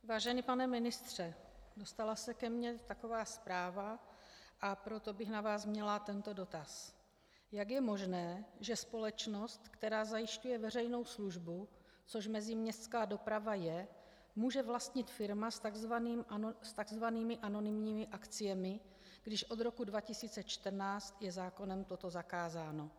Vážený pane ministře, dostala se ke mně taková zpráva, a proto bych na vás měla tento dotaz: Jak je možné, že společnost, která zajišťuje veřejnou službu, což meziměstská doprava je, může vlastnit firma s tzv. anonymními akciemi, když od roku 2014 je zákonem toto zakázáno?